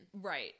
Right